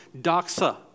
Doxa